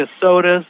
sodas